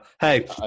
Hey